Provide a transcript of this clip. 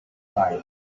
fire